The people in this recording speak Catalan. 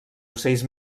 ocells